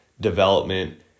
development